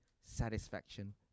satisfaction